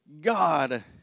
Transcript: God